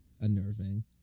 unnerving